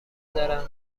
دارم